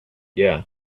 yeah